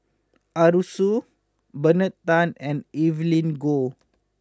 Arasu Bernard Tan and Evelyn Goh